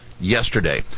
yesterday